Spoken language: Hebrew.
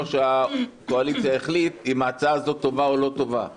שיושב-ראש הקואליציה החליט אם ההצעה הזאת טובה או לא טובה;